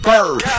Bird